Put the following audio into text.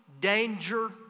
danger